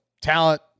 talent